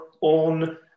on